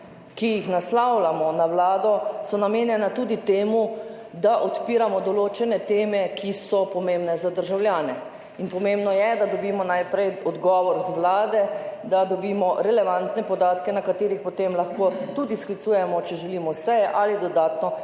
ki jih naslavljamo na vlado, so namenjena tudi temu, da odpiramo določene teme, ki so pomembne za državljane, in pomembno je, da dobimo najprej odgovor z vlade, da dobimo relevantne podatke, na katerih potem lahko tudi sklicujemo, če želimo, seje ali dodatno